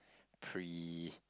pre